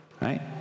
Right